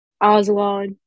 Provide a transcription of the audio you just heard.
Oswald